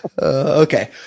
Okay